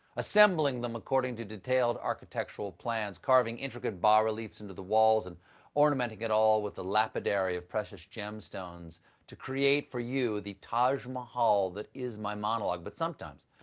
assembling them according to detailed architectural plans, carving intricate bar-reliefs into its walls, and ornamenting it all with a lapidary of precious gemstones to create for you the taj mahal that is my monologue. but sometimes,